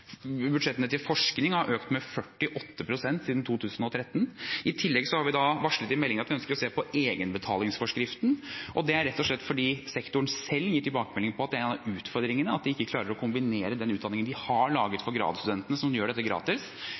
Budsjettene til forskning har økt med 48 pst. siden 2013. I tillegg har vi varslet i meldingen at vi ønsker å se på egenbetalingsforskriften. Det er rett og slett fordi sektoren selv gir tilbakemelding om at en av utfordringene er at de ikke klarer å kombinere den utdanningen de har laget for gradsstudentene som gjør dette gratis,